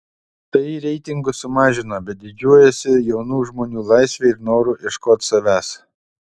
tai reitingus sumažino bet didžiuojuosi jaunų žmonių laisve ir noru ieškot savęs